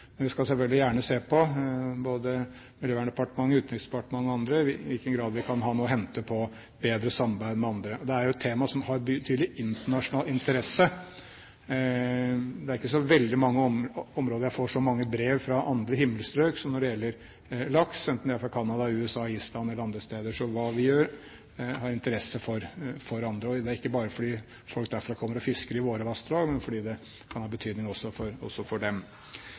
selvfølgelig skal både Miljøverndepartement, Utenriksdepartementet og andre se på det og i hvilken grad vi kan ha noe å hente på bedre samarbeid med andre. Det er jo et tema som har betydelig internasjonal interesse. Det er ikke på så veldig mange områder jeg får så mange brev fra andre himmelstrøk som når det gjelder laks, enten det er fra Canada, USA, Island eller andre steder. Så hva vi gjør, har interesse for andre. Det er ikke bare fordi folk derfra kommer og fisker i våre vassdrag, men fordi det kan ha betydning også for dem. Når det gjelder genbank, vil jeg gjerne også